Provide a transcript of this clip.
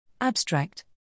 Abstract